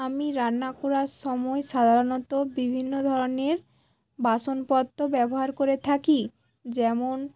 আমি রান্না করার সময় সাধারণত বিভিন্ন ধরনের বাসনপত্র ব্যবহার করে থাকি যেমন